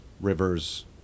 rivers